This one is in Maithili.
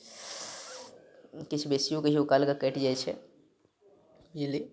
किछु बेसियो कहियो काल कऽ कटि जाइ छै बिजली